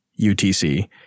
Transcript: UTC